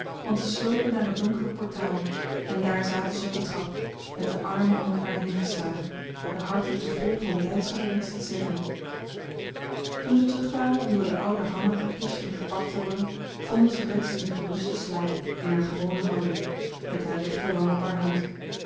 want zij slopen naar het donkere portaal en daar zaten ze op de trap met de armen om elkaar heen geslagen de harten te vol van blijdschap om iets te zeggen toen ze terugkwamen om door de oude hanna gekust en gepakt te worden vonden ze bets in gerusten slaap in haar gewone houding met haar rechterwang op haar hand